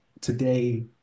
today